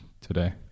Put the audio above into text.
today